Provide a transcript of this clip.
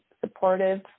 supportive